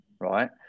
Right